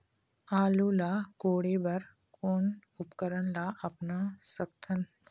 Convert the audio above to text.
आलू ला कोड़े बर कोन उपकरण ला अपना सकथन?